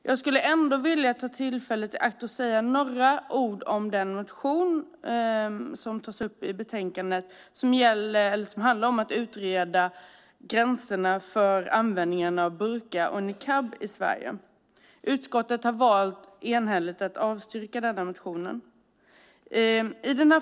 Jag skulle ändå vilja ta tillfället i akt att säga några ord om den motion som tas upp i betänkandet som handlar om att utreda gränserna för användningen av burka och niqab i Sverige. Utskottet har valt att enhälligt avstyrka motionen.